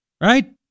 Right